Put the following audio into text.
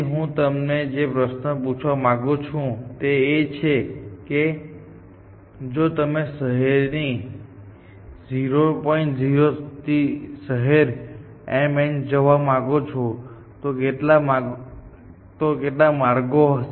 હું તમને જે પ્રશ્ન પૂછવા માંગુ છું તે એ છે કે જો તમે શહેર 00 થી શહેર mn જવા માંગો છો તો કેટલા માર્ગો હશે